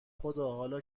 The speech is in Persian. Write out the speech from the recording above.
خدا، حالا